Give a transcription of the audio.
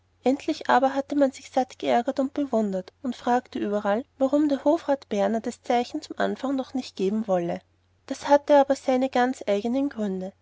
endlich aber hatte man sich satt geärgert und bewundert und fragte überall warum der hofrat berner das zeichen zum anfang noch nicht geben wolle das hatte aber seine ganz eigenen gründe